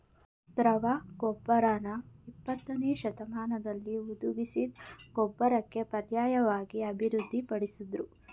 ದ್ರವ ಗೊಬ್ಬರನ ಇಪ್ಪತ್ತನೇಶತಮಾನ್ದಲ್ಲಿ ಹುದುಗಿಸಿದ್ ಗೊಬ್ಬರಕ್ಕೆ ಪರ್ಯಾಯ್ವಾಗಿ ಅಭಿವೃದ್ಧಿ ಪಡಿಸುದ್ರು